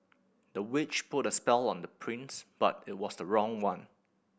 the witch put a spell on the prince but it was the wrong one